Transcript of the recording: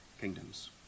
kingdoms